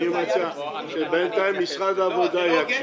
אני רוצה שבינתיים משרד העבודה יקשיב.